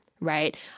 right